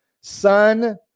son